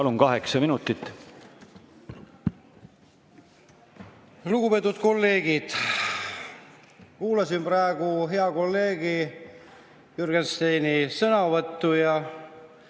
Palun, kaheksa minutit! Lugupeetud kolleegid! Kuulasin praegu hea kolleegi Jürgensteini sõnavõttu.